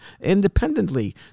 independently